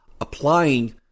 applying